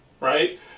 right